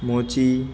મોચી